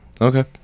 okay